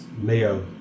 mayo